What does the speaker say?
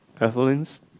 Evelyn's